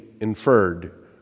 inferred